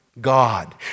God